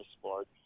sport